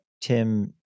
tim